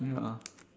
ya